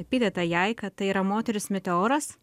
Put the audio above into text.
epitetą jai kad tai yra moteris meteoras